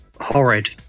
Horrid